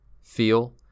feel